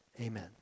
Amen